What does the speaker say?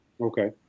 okay